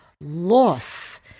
loss